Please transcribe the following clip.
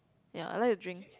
ya I like to drink